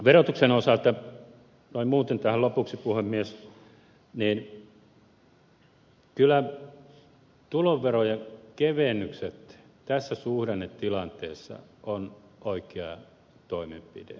verotuksen osalta noin muuten tähän lopuksi puhemies niin kyllä tuloverojen kevennykset tässä suhdannetilanteessa ovat oikea toimenpide